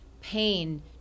pain